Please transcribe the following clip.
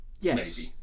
Yes